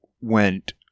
went